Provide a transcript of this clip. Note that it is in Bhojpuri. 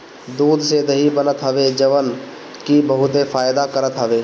दूध से दही बनत हवे जवन की बहुते फायदा करत हवे